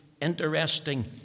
interesting